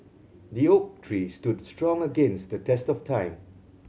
the oak tree stood strong against the test of time